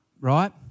Right